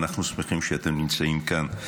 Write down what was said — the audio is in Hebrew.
אנחנו שמחים שאתם נמצאים כאן.